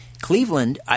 Cleveland